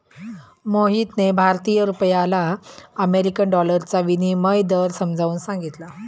मोहितने भारतीय रुपयाला अमेरिकन डॉलरचा विनिमय दर समजावून सांगितला